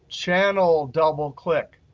channel, double-click,